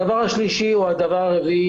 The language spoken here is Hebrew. הדבר הרביעי,